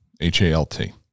H-A-L-T